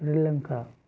Sri Lanka